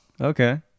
Okay